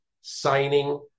signing